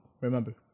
remember